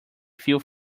few